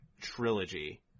Trilogy